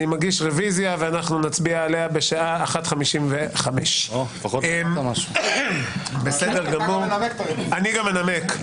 אני מגיש רוויזיה ואנחנו נצביע עליה בשעה 13:55. אני גם אנמק.